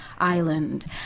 island